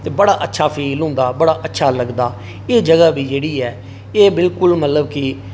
ते बड़ा अच्छा फील होंदा बड़ा अच्छा लगदा एह् जगह् बी जेह्ड़ी ऐ एह् बिल्कुल मतलब जेह्ड़ी ऐ